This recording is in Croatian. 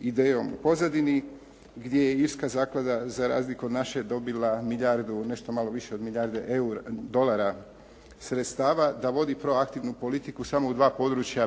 idejom u pozadini, gdje je irska zaklada za razliku od naše dobila milijardu, nešto malo više od milijarde dolara sredstava da vodi proaktivnu politiku samo u 2 područja